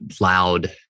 loud